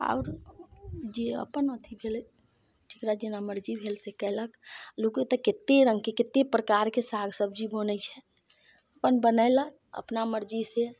आओर जे अपन अथी भेलै जेकरा जेना मर्जी भेल से कयलक लोगो तऽ कतेक रङ्गके कतेक प्रकारके साग सब्जी बनैत छै अपन बनयलक अपना मर्जी से